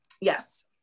Yes